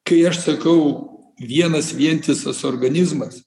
kai aš sakau vienas vientisas organizmas